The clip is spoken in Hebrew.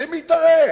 למי תראה?